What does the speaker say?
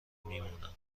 میمونم